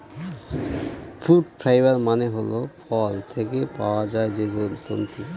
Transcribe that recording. fruit fibre মানে হল ফল থেকে পাওয়া যায় যে তন্তু